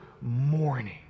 morning